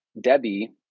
Debbie